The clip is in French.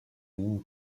ligne